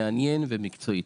מעניין ומקצועי.